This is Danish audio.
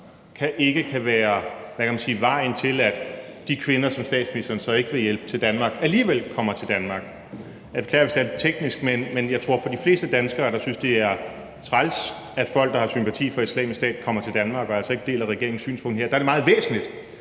kan være vejen til, at de kvinder, som statsministeren så ikke vil hjælpe til Danmark, alligevel kommer til Danmark. Jeg beklager, hvis det er lidt teknisk, men jeg tror, at det for de fleste danskere, der synes, at det er træls, at folk, der har sympati for Islamisk Stat, kommer til Danmark, og altså ikke deler regeringens synspunkt her, er meget væsentligt